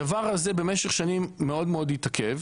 הדבר הזה במשך השנים מאוד מאוד התעכב.